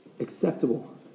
Acceptable